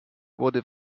wurde